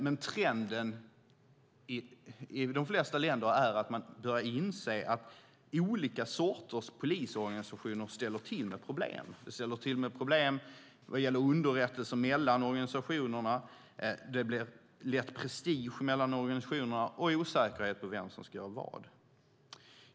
Men trenden är att de flesta länder börjar inse att olika sorters polisorganisationer ställer till med problem. Det ställer till med problem vad gäller underrättelser mellan organisationerna, och det blir lätt prestige mellan organisationerna och osäkerhet om vem som ska göra vad.